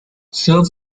serve